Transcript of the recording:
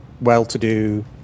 well-to-do